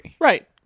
Right